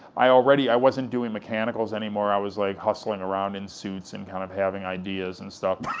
i already, i wasn't doing mechanicals anymore, i was like, hustling around in suits and kind of having ideas and stuff,